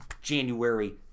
January